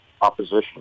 opposition